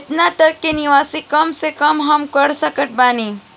केतना तक के निवेश कम से कम मे हम कर सकत बानी?